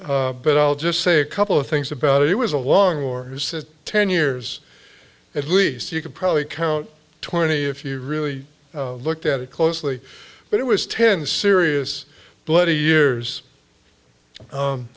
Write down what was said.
but i'll just say a couple of things about it was a long war ten years at least you could probably count twenty if you really looked at it closely but it was ten serious bloody years